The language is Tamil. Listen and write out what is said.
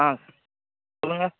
ஆ சொல்லுங்கள்